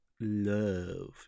love